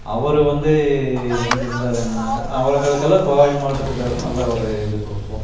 அவர் வந்து எங்கிருந்தாரு என்ன பண்ணாரோ அவர்களுக்குலாம் கோவை மாவட்டத்துக்காரங்க நல்ல ஒரு இது கொடுப்போம்